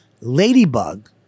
Ladybug